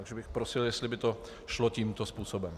Takže bych prosil, jestli by to šlo tímto způsobem.